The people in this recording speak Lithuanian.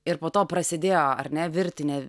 ir po to prasidėjo ar ne virtinė